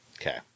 Okay